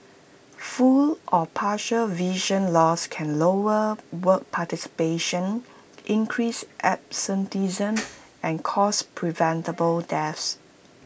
full or partial vision loss can lower work participation increase absenteeism and cause preventable deaths